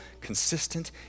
consistent